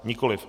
Nikoliv.